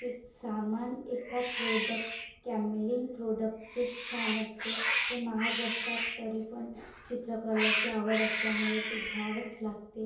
ते सामान एका प्रोडक्ट कॅमेलीन प्रोडक्टचेच छान असते ते महाग असतात तरीपण चित्रकलेची आवड असल्यामुळे ते घ्यावंच लागते